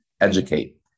educate